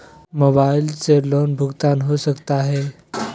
Mobile से loan भुगतान हो सकता है?